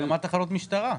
הקמת תחנות משטרה.